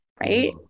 right